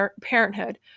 Parenthood